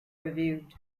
reviewed